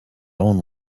own